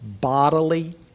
bodily